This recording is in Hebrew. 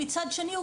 ומצד שני,